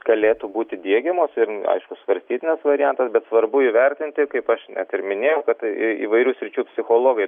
galėtų būti diegiamos ir aišku svarstytinas variantas bet svarbu įvertinti kaip aš net ir minėjau kad įvairių sričių psichologai